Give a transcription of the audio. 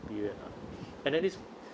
period ah and then this